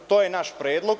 To je naš predlog.